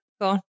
gone